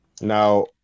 Now